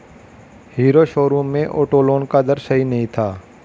hero showroom में auto loan का दर सही नहीं था